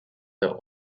the